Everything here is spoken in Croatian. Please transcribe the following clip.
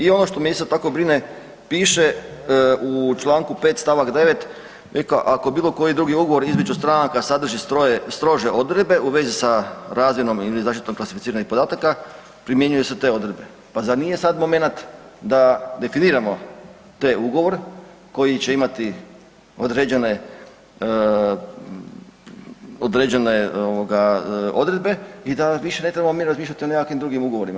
I ono što me isto tako brine, piše u čl. 5. st. 9. „ako bilo koji drugi ugovor između stranaka sadrži strože odredbe u vezi sa razmjenom ili zaštitom klasificiranih podataka primjenjuju se te odredbe“, pa zar nije sad momenat da definiramo taj ugovor koji će imati određene odredbe i da više mi ne trebamo razmišljati o nekakvim drugim ugovorima.